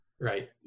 Right